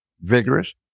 vigorous